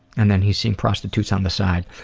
and then he's seeing prostitutes on the side.